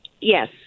Yes